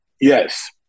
yes